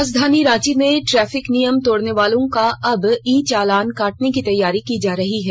राजधानी रांची में ट्रैफिक नियम तोड़ने वालों का अब ई चालान काटने की तैयारी की जा रही है